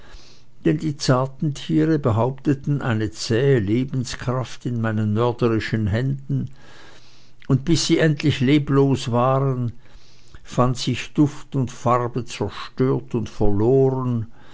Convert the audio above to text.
denn die zarten tiere behaupteten eine zähe lebenskraft in meinen mörderischen händen und bis sie endlich leblos waren fand sich duft und farbe zerstört und verloren